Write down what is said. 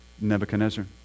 Nebuchadnezzar